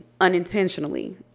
unintentionally